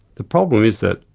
the problem is that,